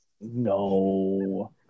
No